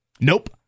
nope